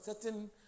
certain